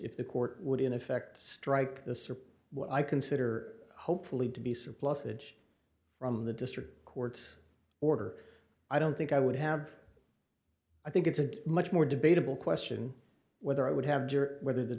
if the court would in effect strike this or what i consider hopefully to be supply ssage from the district court's order i don't think i would have i think it's a much more debatable question whether i would have juror whether the